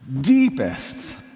deepest